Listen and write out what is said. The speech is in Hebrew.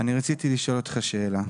אני רוצה לשאול אותך שאלה.